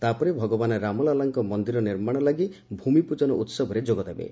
ତା'ପରେ ଭଗବାନ୍ ରାମଲାଲାଙ୍କ ମନ୍ଦିର ନିର୍ମାଣ ଲାଗି ଭ୍ରମିପ୍ରଜନ ଉହବରେ ଯୋଗଦେବେ